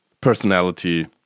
personality